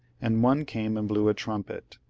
and one came and blew a trumpet,